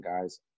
guys